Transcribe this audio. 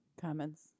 Comments